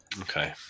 Okay